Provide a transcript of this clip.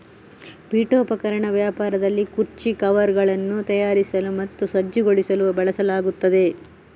ಪೀಠೋಪಕರಣ ವ್ಯಾಪಾರದಲ್ಲಿ ಕುರ್ಚಿ ಕವರ್ಗಳನ್ನು ತಯಾರಿಸಲು ಮತ್ತು ಸಜ್ಜುಗೊಳಿಸಲು ಬಳಸಲಾಗುತ್ತದೆ